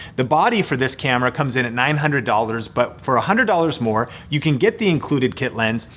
the body for this camera comes in at nine hundred dollars, but for one ah hundred dollars more you can get the included kit lens,